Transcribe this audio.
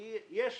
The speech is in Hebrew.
כי יש